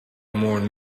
more